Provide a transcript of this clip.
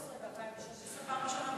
ב-2016 פעם ראשונה,